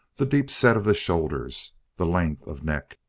the deep set of the shoulders, the length of neck,